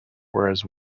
whereas